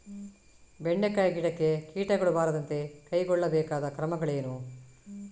ಬೆಂಡೆಕಾಯಿ ಗಿಡಕ್ಕೆ ಕೀಟಗಳು ಬಾರದಂತೆ ಕೈಗೊಳ್ಳಬೇಕಾದ ಕ್ರಮಗಳೇನು?